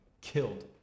killed